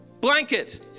Blanket